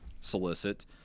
solicit